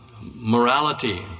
Morality